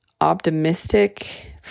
optimistic